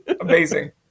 Amazing